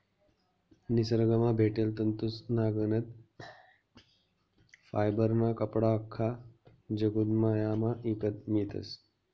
निसरगंमा भेटेल तंतूसनागत फायबरना कपडा आख्खा जगदुन्यामा ईकत मियतस